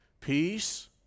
peace